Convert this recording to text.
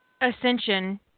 Ascension